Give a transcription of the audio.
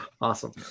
Awesome